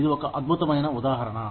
ఇది ఒక అద్భుతమైన ఉదాహరణ